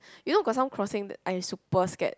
you know got some crossing I super scared